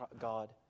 God